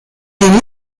den